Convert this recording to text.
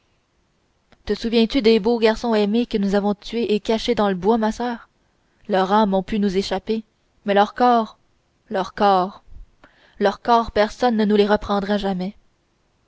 te souviens-tu des beaux garçons aimés que nous avons tués et cachés dans le bois ma soeur leurs âmes ont pu nous échapper mais leurs corps leurs corps leurs corps personne ne nous les reprendra jamais